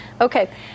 Okay